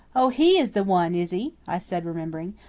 oh, he is the one, is he? i said, remembering.